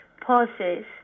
pauses